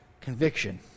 Conviction